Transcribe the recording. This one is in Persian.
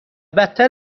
بدتر